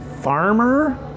farmer